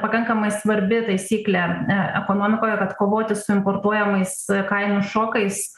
pakankamai svarbi taisyklė ekonomikoje ir atkovoti su importuojamais kainos šokais